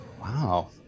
wow